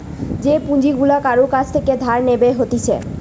যে পুঁজি গুলা কারুর কাছ থেকে ধার নেব হতিছে